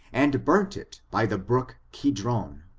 and burnt it by the brook kidron.